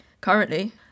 Currently